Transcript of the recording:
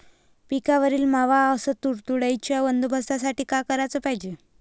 पिकावरील मावा अस तुडतुड्याइच्या बंदोबस्तासाठी का कराच पायजे?